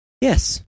Yes